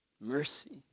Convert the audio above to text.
mercy